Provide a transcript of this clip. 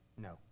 No